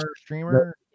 streamer